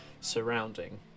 surrounding